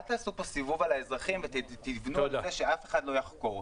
אל תעשו פה סיבוב על האזרחים ותבנו על זה שאף אחד לא יחקור.